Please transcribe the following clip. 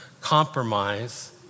compromise